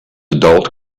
adult